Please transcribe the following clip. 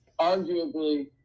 arguably